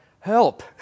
Help